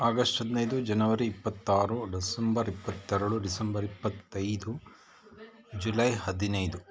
August ಹದಿನೈದು ಜನವರಿ ಇಪ್ಪತ್ತಾರು ಡಿಸೆಂಬರ್ ಇಪ್ಪತ್ತೆರಡು ಡಿಸೆಂಬರ್ ಇಪ್ಪತ್ತೈದು ಜುಲೈ ಹದಿನೈದು